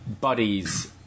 buddies